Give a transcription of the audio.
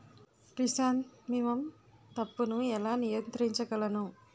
Chrysanthemum తప్పును ఎలా నియంత్రించగలను?